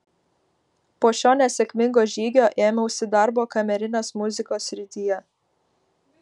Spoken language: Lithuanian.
po šio nesėkmingo žygio ėmiausi darbo kamerinės muzikos srityje